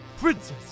Princess